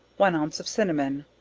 one ounce of cinnamon,